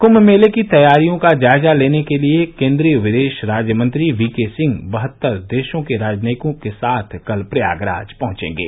कुम्भ मेले की तैयारियों का जायजा लेने के लिये केन्द्रीय विदेश राज्य मंत्री वीके सिंह बहत्तर देशों के राजनयिकों के साथ कल प्रयागराज पहुंचेंगे